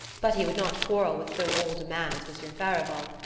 but he would not quarrel with so old a man as monsieur farival,